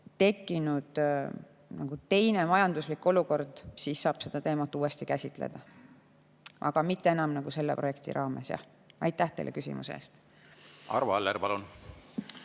tekkinud teistsugune majanduslik olukord, siis saab seda teemat uuesti käsitleda, aga mitte enam selle projekti raames. Aitäh teile küsimuse eest! Oskan